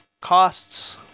Costs